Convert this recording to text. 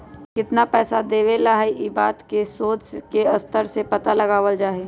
कितना पैसा देवे ला हई ई बात के शोद के स्तर से पता लगावल जा हई